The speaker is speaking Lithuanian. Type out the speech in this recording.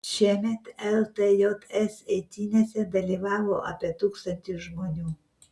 šiemet ltjs eitynėse dalyvavo apie tūkstantis žmonių